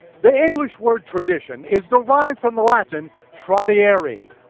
the english word tradition is derived from the latin tradiere,